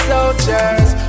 Soldiers